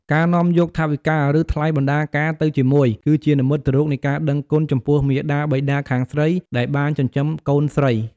ការនាំយកថវិកា ឬ ថ្លៃបណ្តាការទៅជាមួយ គឺជានិមិត្តរូបនៃ ការដឹងគុណ ចំពោះមាតាបិតាខាងស្រីដែលបានចិញ្ចឹមកូនស្រី។